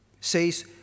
says